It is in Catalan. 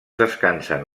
descansen